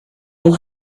will